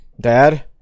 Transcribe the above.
Dad